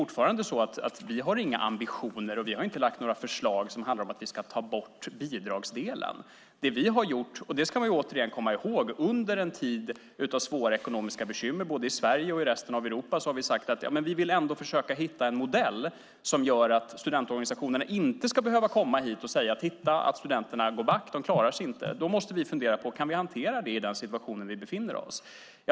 Fortfarande är det så att vi inte har några ambitioner och inte heller lagt fram några förslag som handlar om att ta bort bidragsdelen. Återigen: Under en tid av svåra ekonomiska bekymmer både i Sverige och i resten av Europa har vi sagt att vi ändå vill försöka hitta en modell som är sådan att studentorganisationerna inte ska behöva komma hit och säga: Titta, studenterna går back. De klarar sig inte. Vi måste då fundera på om vi kan hantera detta i den situation som vi befinner oss i.